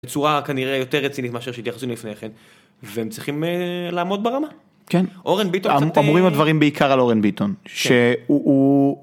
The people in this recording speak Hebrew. בצורה כנראה יותר רצינית מאשר שהתייחסו לפני כן והם צריכים לעמוד ברמה. כן. אורן ביטון, אמורים הדברים בעיקר על אורן ביטון, שהוא...